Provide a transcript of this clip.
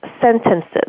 sentences